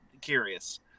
curious